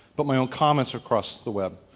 but my ah comments across the web.